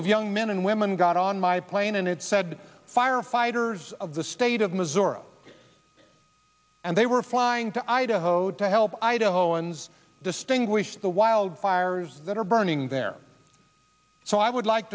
of young men and women got on my plane and it said firefighters of the state of missouri and they were flying to idaho to help idahoans distinguish the wildfires that are burning there so i would like